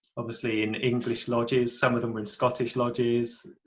obviously in english lodges some of them when scottish lodges